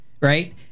right